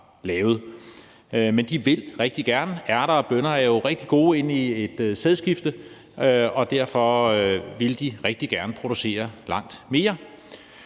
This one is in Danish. lavet. Men de vil rigtig gerne. Ærter og bønner er jo rigtig gode i et sædskifte, og derfor vil de rigtig gerne producere langt mere.